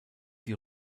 die